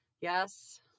yes